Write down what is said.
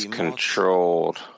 controlled